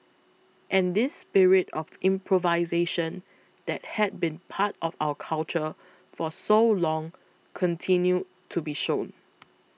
and this spirit of improvisation that had been part of our culture for so long continued to be shown